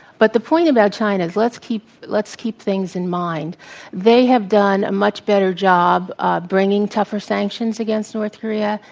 but the point about china is let's keep let's keep things in mind they have done a much better job bringing tougher sanctions against north korea